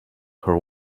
her